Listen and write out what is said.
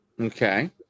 Okay